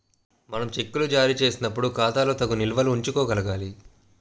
మనం చెక్కులు జారీ చేసినప్పుడు ఖాతాలో తగు నిల్వలు ఉంచుకోగలగాలి